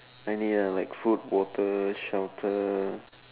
any uh like food water shelter